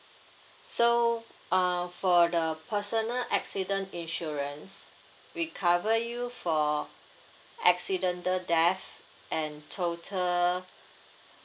so err for the personal accident insurance we cover you for accidental death and total